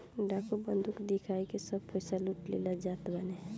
डाकू बंदूक दिखाई के सब पईसा लूट ले जात बाने